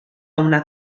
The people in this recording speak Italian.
una